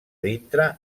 dintre